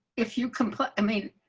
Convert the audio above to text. if you complete. i mean,